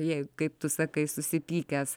jeigu kaip tu sakai susipykęs